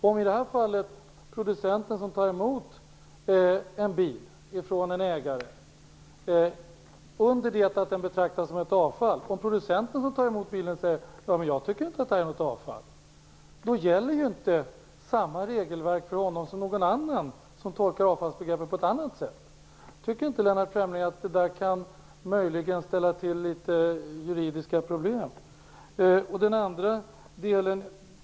Om en producent tar emot en bil från en ägare som ägaren betraktar som avfall säger att han inte tycker att det är fråga om något avfall, då gäller ju inte samma regelverk för honom som för den som tolkar avfallsbegreppet på ett annat sätt. Tycker inte Lennart Fremling att detta möjligen kan ställa till juridiska problem?